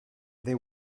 they